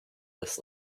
this